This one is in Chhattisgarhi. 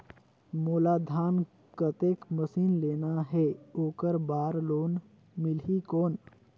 मोला धान कतेक मशीन लेना हे ओकर बार लोन मिलही कौन?